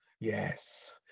Yes